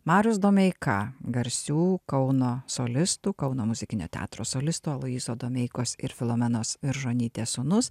marius domeika garsių kauno solistų kauno muzikinio teatro solistų aloyzo domeikos ir filomenos viržonytės sūnus